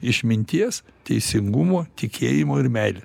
išminties teisingumo tikėjimo ir meilė